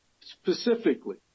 specifically